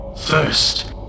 First